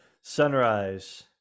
sunrise